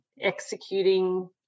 executing